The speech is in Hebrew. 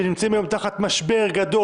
שנמצאים היום תחת משבר גדול,